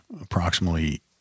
approximately